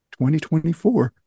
2024